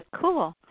Cool